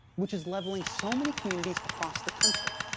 which is leveling so many communities across the country.